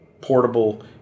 portable